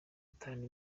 itanu